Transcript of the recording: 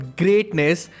greatness